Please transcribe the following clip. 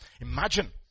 Imagine